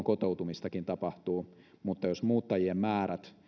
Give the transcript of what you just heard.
kotoutumistakin tapahtuu mutta jos muuttajien määrät